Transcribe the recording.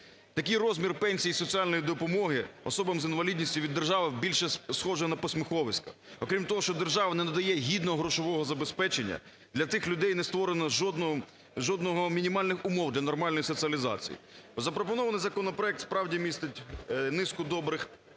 Такий розмір пенсій і соціальної допомоги особам з інвалідністю від держави більше схожий на посміховисько. Окрім того, що держава не надає гідного грошового забезпечення, для цих людей не створено жодних мінімальних умов для нормальної соціалізації. Запропонований законопроект, справді, містить низку добрих тез.